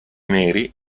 neri